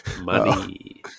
money